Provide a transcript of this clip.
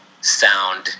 sound